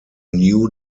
new